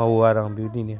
मावो आरो आं बेबायदिनो